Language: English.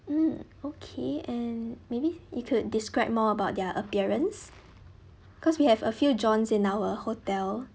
mm okay and maybe you could describe more about their appearance because we have a few johns in our hotel